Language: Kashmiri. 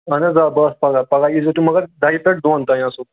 اَہن حظ آ بہٕ آسہٕ پگاہ پگاہ یِزیو تُہۍ مگر دَہہِ پٮ۪ٹھ دۄن تانۍ آسو